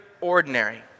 ordinary